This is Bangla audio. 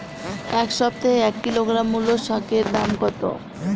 এ সপ্তাহে এক কিলোগ্রাম মুলো শাকের দাম কত?